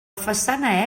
façana